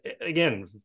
again